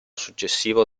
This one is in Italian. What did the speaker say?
successivo